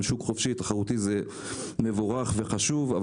על שוק חופשי ותחרותי זה מבורך וחשוב,